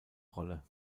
rolle